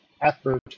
effort